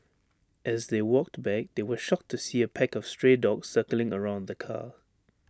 as they walked back they were shocked to see A pack of stray dogs circling around the car